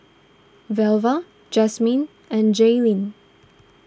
Velva Jasmin and Jailyn